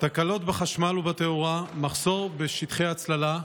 תקלות בחשמל ובתאורה, מחסור בשטחי הצללה,